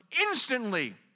instantly